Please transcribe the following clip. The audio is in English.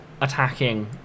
attacking